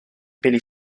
peli